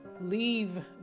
leave